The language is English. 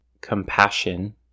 compassion